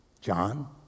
John